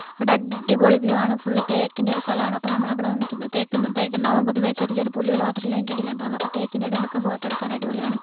അവിടെ അടിപൊളി വ്യൂ ആണ് ഫുള്ള് തേക്കിൻറ്റെ ഒരു സ്ഥലമാണ് അപ്പോൾ നമ്മളവിടെ നിന്നിട്ട് തേക്ക് തേക്ക് ഉണ്ടാകുമ്പോൾ പൊതുവേ ചെറിയ ചെറിയ പുല്ലുകൾ മാത്രമല്ലേ അതിൻറ്റടിയിൽ ഉണ്ടാവുകയുള്ളൂ അപ്പോൾ തേക്കിൻറ്റെ ഇടയിൽ നിന്നൊക്കെ ഫോട്ടോ എടുക്കാനൊക്കേ അടിപൊളിയാണ്